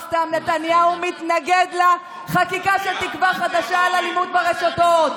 לא סתם נתניהו מתנגד לחקיקה של תקווה חדשה על אלימות ברשתות.